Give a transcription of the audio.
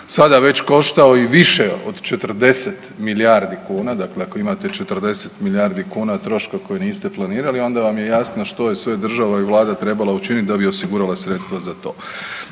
sada već koštao i više od 40 milijardi kuna, dakle ako imate 40 milijardi kuna troška koji niste planirali onda vam je jasno što je sve država i vlada trebala učiniti da bi osigurala sredstva za to.